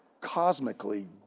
cosmically